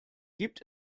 gibt